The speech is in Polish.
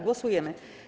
Głosujemy.